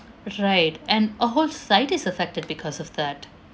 right and a whole society is affected because of that